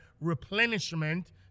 replenishment